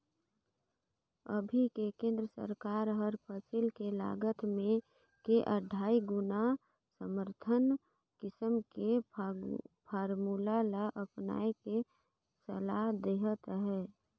अभी के केन्द्र सरकार हर फसिल के लागत के अढ़ाई गुना समरथन कीमत के फारमुला ल अपनाए के सलाह देहत हे